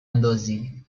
اندازی